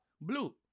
blue